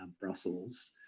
Brussels